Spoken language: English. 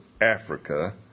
Africa